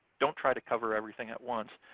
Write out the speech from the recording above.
don't try to cover everything at once.